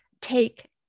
take